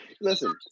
Listen